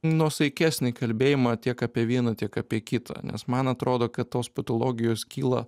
nuosaikesnį kalbėjimą tiek apie vieną tiek apie kitą nes man atrodo kad tos patologijos kyla